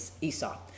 Esau